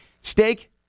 Steak